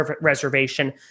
reservation